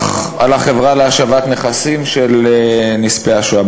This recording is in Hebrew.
על החברה להשבת נכסים של נספי השואה.